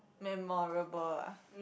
memorable ah